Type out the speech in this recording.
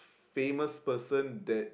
famous person that